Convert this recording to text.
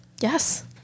Yes